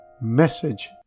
message